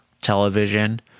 television